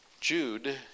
Jude